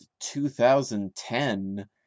2010